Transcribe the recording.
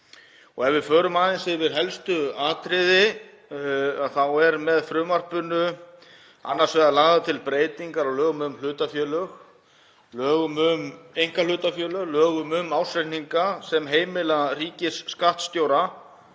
Ef við förum yfir helstu atriði þá er með frumvarpinu annars vegar lagðar til breytingar á lögum um hlutafélög, lögum um einkahlutafélög og lögum um ársreikninga sem heimila ríkisskattstjóra